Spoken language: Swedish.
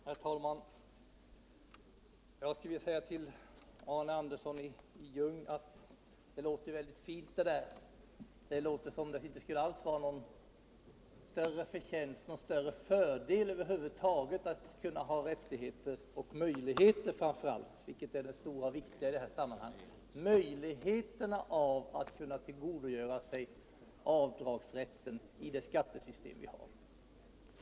Herr talman! Jag skulle vilja säga till Arne Andersson i Ljung att det han säger låter väldigt fint. Det låter som om det inte alls skulle vara någon större förtjänst, någon större fördel över huvud taget att kunna ha rättigheter och möjligheter framför allt — det är det viktiga i detta sammanhang — att tillgodogöra sig avdragsrätten i vårt skattesystem.